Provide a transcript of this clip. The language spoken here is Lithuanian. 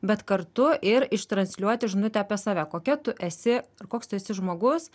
bet kartu ir ištransliuoti žinutę apie save kokia tu esi ir koks tu esi žmogus